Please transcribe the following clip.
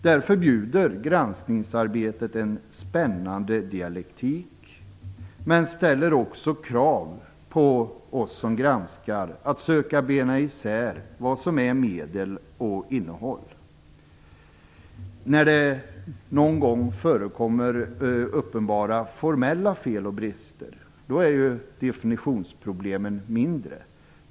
Därför bjuder granskningsarbetet en spännande dialektik men ställer också krav på oss som granskar att söka bena isär vad som är medel och innehåll. När det någon gång förekommer uppenbara formella fel och brister är definitionsproblemen mindre.